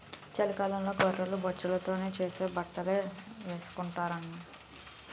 చలికాలంలో గొర్రె బొచ్చుతో చేసే బట్టలే ఏసుకొంటారు